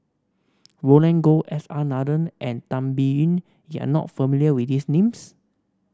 Roland Goh S R Nathan and Tan Biyun you are not familiar with these names